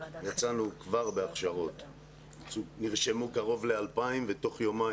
יצאנו כבר בהכשרות ונרשמו קרוב ל-2,000 ותוך יומיים